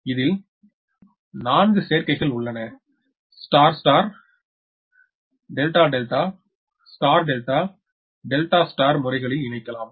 இதில் 4 சேர்க்கைகள் உள்ளன star star delta delta star delta delta star முறைகலில் இணைக்கலாம்